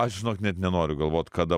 aš žinok net nenoriu galvot kada